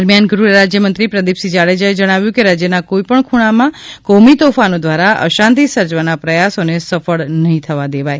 દરમિયાન ગૃહ રાજ્યમંત્રી પ્રદિપસિંહ જાડેજાએ જણાવ્યું કે રાજ્યના કોઇપણ ખૂણામાં કોમી તોફાનો દ્વારા અશાંતિ સર્જવાના પ્રયાસોને સફળ નહી થવા દેવાય